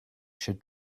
should